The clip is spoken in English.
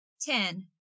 Ten